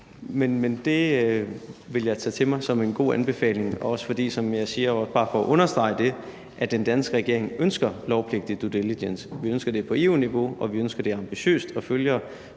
Det vil jeg tage til mig som en god anbefaling, også fordi den danske regering – og det vil jeg gerne understrege – ønsker lovpligtig due diligence. Vi ønsker det på EU-niveau, og vi ønsker det ambitiøst og følger